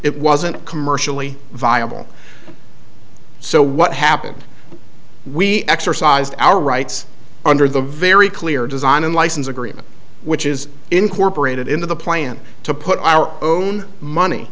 it wasn't commercially viable so what happened we exercise our rights under the very clear design and license agreement which is incorporated into the plan to put our own money